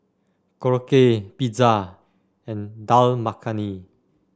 Korokke Pizza and Dal Makhani